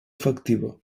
efectiva